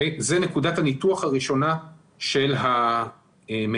זאת נקודת הניתוח הראשונה של המידע.